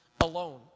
alone